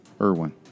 Irwin